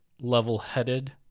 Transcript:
level-headed